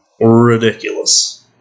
ridiculous